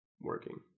working